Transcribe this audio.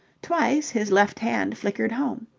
twice his left hand flickered home.